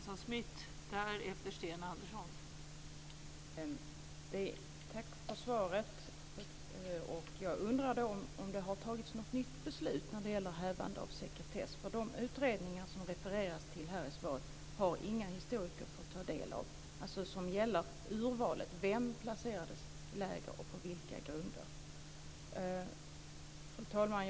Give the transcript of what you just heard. Fru talman! Tack för svaret. Jag undrar om det har fattats något nytt beslut om hävande av sekretess. De utredningar som refereras till här i svaret har inga historiker fått ta del av, dvs. som gäller urvalet. Vem placerades i läger, och på vilka grunder? Fru talman!